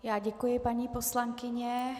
Já děkuji, paní poslankyně.